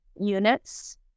units